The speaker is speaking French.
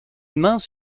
mains